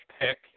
pick